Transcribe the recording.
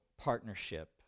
partnership